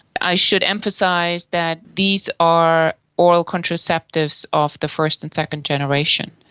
i should emphasise that these are oral contraceptives of the first and second generation.